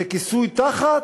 זה כיסוי תחת,